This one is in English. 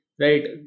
right